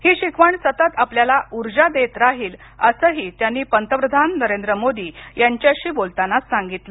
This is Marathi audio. ही शिकवण सतत आपल्याला उर्जा देत राहील असंही त्यांनी पंतप्रधान नरेंद्र मोदी यांच्याशी बोलताना सांगितलं